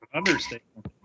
understatement